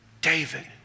David